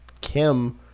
Kim